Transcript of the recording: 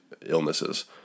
illnesses